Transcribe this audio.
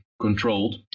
controlled